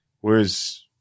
Whereas